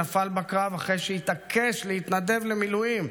שנפל בקרב אחרי שהתעקש להתנדב למילואים,